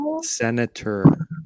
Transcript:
Senator